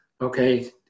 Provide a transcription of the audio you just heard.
okay